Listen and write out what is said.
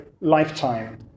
lifetime